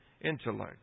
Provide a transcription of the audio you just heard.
intellect